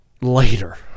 later